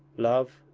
love,